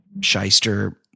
shyster